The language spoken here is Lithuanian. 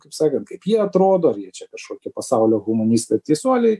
kaip sakant kaip jie atrodo ar jie čia kažkokie pasaulio humanistai ir teisuoliai